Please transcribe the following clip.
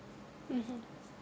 mmhmm